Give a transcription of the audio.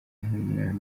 nk’umwana